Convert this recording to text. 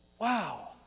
Wow